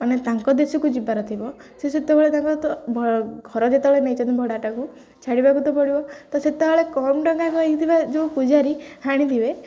ମାନେ ତାଙ୍କ ଦେଶକୁ ଯିବାର ଥିବ ସେ ସେତେବେଳେ ତାଙ୍କର ତ ଘର ଯେତେବେଳେ ନେଇନ୍ତି ଭଡ଼ାଟାକୁ ଛାଡ଼ିବାକୁ ତ ପଡ଼ିବ ତ ସେତେବେଳେ କମ୍ ଟଙ୍କା କହି ହେଇଥିବା ଯେଉଁ ପୂଜାରୀ ଆଣିଥିବେ